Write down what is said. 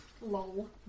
Lol